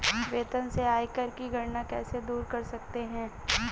वेतन से आयकर की गणना कैसे दूर कर सकते है?